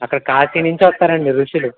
అక్కడ కాశీ నుంచి వస్తారు అండి ఋషులు